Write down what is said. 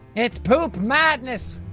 it's poop madness.